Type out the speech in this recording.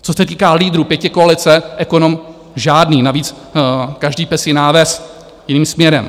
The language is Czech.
Co se týká lídrů pětikoalice, ekonom žádný, navíc každý pes, jiná ves, jiným směrem.